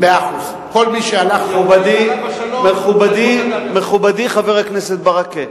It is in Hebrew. מכובדי, חבר הכנסת ברכה,